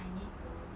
I need to